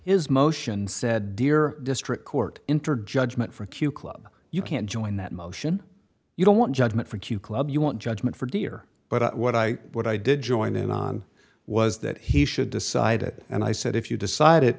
his motion said dear district court entered judgment for q club you can join that motion you don't want judgment for q club you want judgment for dear but what i what i did join in on was that he should decide it and i said if you decide